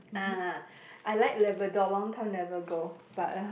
ah I like Labrador long time never go but !ah!